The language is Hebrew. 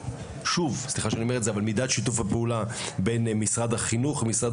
שוב וסליחה שאני אומר את זה נדרש שיתוף הפעולה בין משרד החינוך; משרד